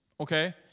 Okay